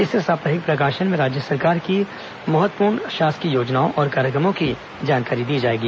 इस साप्ताहिक प्रकाशन में राज्य सरकार की महत्वपूर्ण शासकीय योजनाओं औरं कार्यक्रमों की जानकारी दी जाएगी